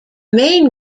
main